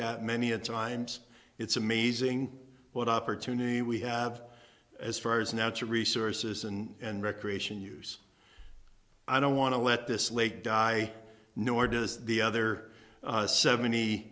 that many a times it's amazing what opportunity we have as far as natural resources and recreation use i don't want to let this lake die nor does the other seventy